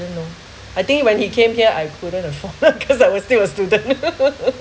I don't know I think when he came here I couldn't afford because I was still a student